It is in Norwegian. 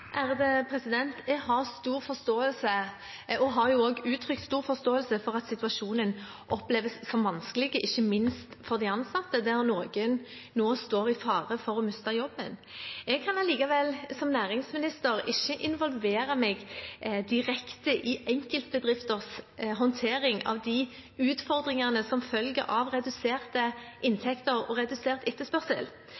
har jo også uttrykt stor forståelse for, at situasjonen oppleves som vanskelig, ikke minst for de ansatte, der noen nå står i fare for å miste jobben. Jeg kan likevel som næringsminister ikke involvere meg direkte i enkeltbedrifters håndtering av de utfordringene som følger av reduserte